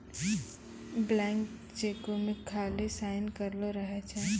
blank चेको मे खाली साइन करलो रहै छै